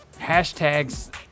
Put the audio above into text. Hashtags